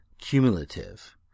cumulative